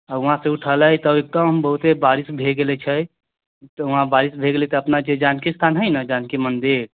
तऽ वहाँ से उठैले तऽ एकदम बहुते मतलब बारिश भए गेल छै तऽ वहाँ बारिश भए गेलै तऽ अपना के जानकी स्थान है न जानकी मन्दिर